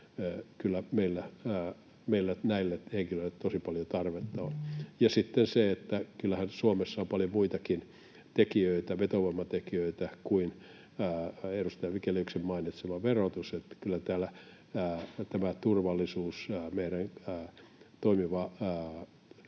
Kyllä meillä näille henkilöille tosi paljon tarvetta on. Ja kyllähän Suomessa on paljon muitakin vetovoimatekijöitä kuin edustaja Vigeliuksen mainitsema verotus. Kyllä täällä tämä turvallisuus, meidän toimivan